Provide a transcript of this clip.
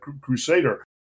Crusader